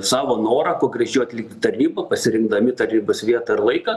savo norą kuo greičiau atlikti tarnybą pasirinkdami tarnybos vietą ir laiką